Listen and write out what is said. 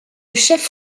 chef